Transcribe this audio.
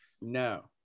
No